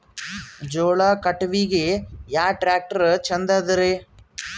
ಜೋಳ ಕಟಾವಿಗಿ ಯಾ ಟ್ಯ್ರಾಕ್ಟರ ಛಂದದರಿ?